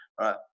right